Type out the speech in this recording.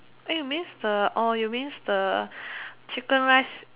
means the you means the chicken rice